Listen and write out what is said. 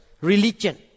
religion